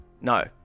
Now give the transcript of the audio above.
No